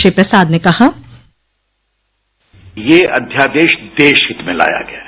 श्री प्रसाद ने कहा ये अध्यादेश देश हित में लाया गया है